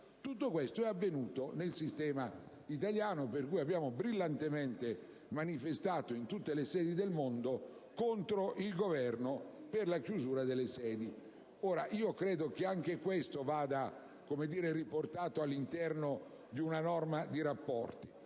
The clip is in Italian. Tutto questo è invece avvenuto nel sistema italiano: abbiamo brillantemente manifestato in tutte le sedi del mondo contro il Governo per la chiusura delle sedi. Credo che anche questo vada riportato all'interno di una norma di rapporti.